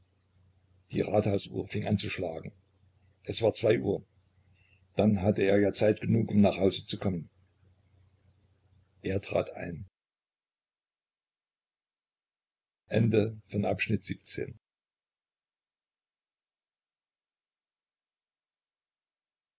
die rathausuhr fing an zu schlagen es war zwei uhr dann hatte er ja zeit genug um nach hause zu kommen er trat ein